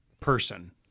person